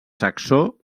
saxó